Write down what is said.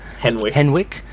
Henwick